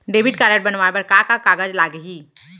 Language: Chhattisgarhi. डेबिट कारड बनवाये बर का का कागज लागही?